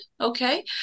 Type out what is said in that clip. okay